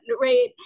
right